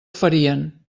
farien